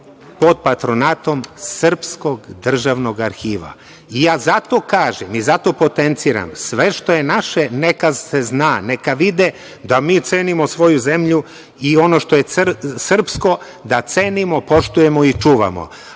pod patronatom srpskog državnog arhiva i zato kažem, zato potenciram da sve što je naše neka se zna, neka se vidi da mi cenimo svoju zemlju i ono što je srpsko, da cenimo, poštujemo i čuvamo. Mi